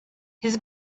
his